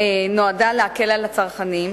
נועדה להקל על הצרכנים,